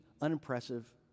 unimpressive